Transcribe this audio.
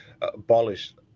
abolished